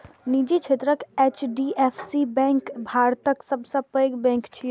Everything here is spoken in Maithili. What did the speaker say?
निजी क्षेत्रक एच.डी.एफ.सी बैंक भारतक सबसं पैघ बैंक छियै